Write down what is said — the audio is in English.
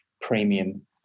premium